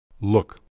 Look